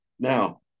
Now